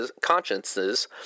consciences